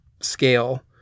scale